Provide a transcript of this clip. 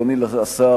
אדוני השר,